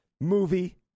Movie